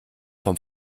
vom